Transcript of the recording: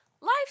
Life